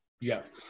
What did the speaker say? Yes